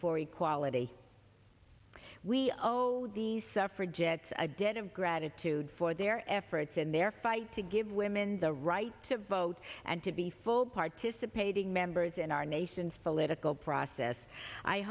for equality we owe these suffragettes a debt of gratitude for their efforts in their fight to give women the right to vote and to be full participating members in our nation's political process i